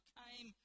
came